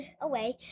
away